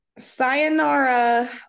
Sayonara